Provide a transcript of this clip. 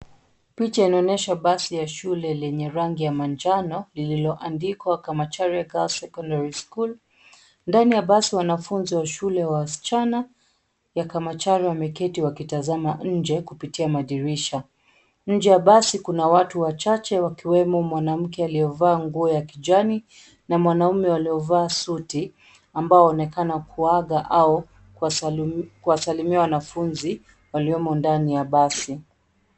Picha inaonyesha basi ya shule lenye rangi ya manjano lilioandikwa Kamacharia Girls Secondary School. Ndani ya basi wanafunzi wa shule wa wasichana ya Kamacharia wameketi wakitazama nje kupitia madirisha. Nje ya basi kuna watu wachache wakiwemo mwanamke aliyevaa nguo ya kijani na mwanaume waliovaa suti ambao wanaonekana kuaga au, kuwasalimia wanafunzi waliomo ndani ya basi.